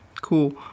cool